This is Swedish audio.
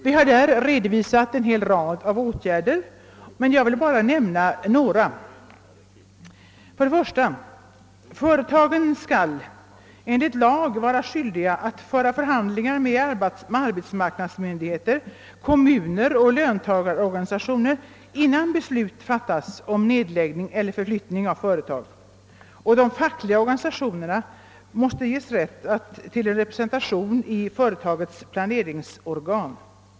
Vi har i denna redovisat en hel rad åtgärder, och jag vill bara nämna några. Först och främst föreslår vi att företagen enligt lag skall vara skyldiga att föra förhandlingar med arbetsmark nadsmyndigheter, kommuner och löntagarorganisationer innan beslut fattas om nedläggning eller förflyttning av företag. De fackliga organisationerna måste ges rätt till representation i företagens planeringsorgan.